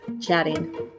chatting